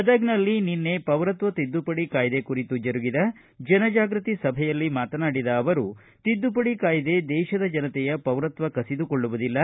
ಗದಗನಲ್ಲಿ ನಿನ್ನೆ ಪೌರತ್ವ ತಿದ್ದುಪಡಿ ಕಾಯ್ದೆ ಕುರಿತು ಜರುಗಿದ ಜನಜಾಗೃತಿ ಸಭೆಯಲ್ಲಿ ಮಾತನಾಡಿದ ಅವರು ತಿದ್ಗುಪಡಿ ಕಾಯ್ದೆ ದೇಶದ ಜನತೆಯ ಪೌರತ್ವ ಕಸಿದುಕೊಳ್ಳವುದಿಲ್ಲ